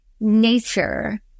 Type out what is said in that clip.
nature